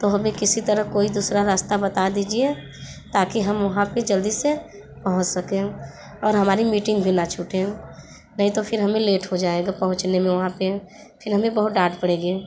तो हमें किसी तरह कोई दूसरा रास्ता बता दीजिए ताकि हम वहाँ पर जल्दी से पहुंच सके और हमारी मीटिंग भी ना छूटे नहीं तो फिर हमें लेट हो जाएगा पहुँचने में वहाँ पर फिर हमें बहुत डांट पड़ेगी